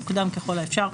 מוקדם ככל האפשר,